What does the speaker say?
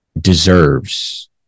deserves